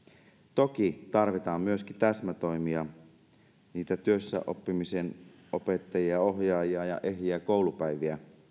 toki tarvitaan myöskin täsmätoimia niitä työssäoppimisen opettajia ohjaajia ja ehjiä koulupäiviä